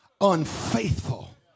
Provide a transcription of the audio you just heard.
unfaithful